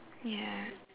ya